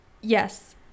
Yes